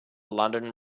london